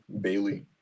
Bailey